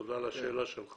תודה על השאלה שלך